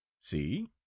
see